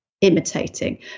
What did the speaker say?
imitating